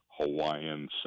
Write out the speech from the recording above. Hawaiian